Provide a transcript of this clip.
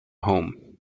home